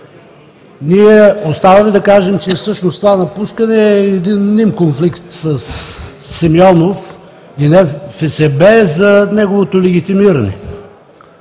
Ние оставаме да кажем, че всъщност това напускане е един мним конфликт със Симеонов и НФСБ за неговото легитимиране.